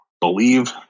believe